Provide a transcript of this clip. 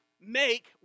make